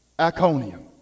Iconium